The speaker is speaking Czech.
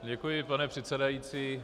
Děkuji, pane předsedající.